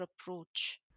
approach